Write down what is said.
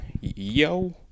Yo